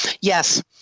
Yes